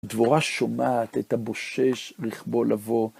דבורה שומעת את הבושש רכבו לבוא.